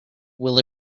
will